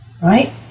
right